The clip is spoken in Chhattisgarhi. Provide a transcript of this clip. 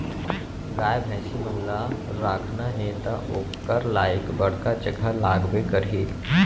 गाय भईंसी मन ल राखना हे त ओकर लाइक बड़का जघा लागबे करही